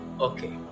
Okay